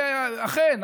ואכן,